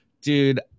dude